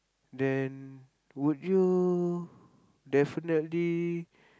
then would you definitely